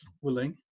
willing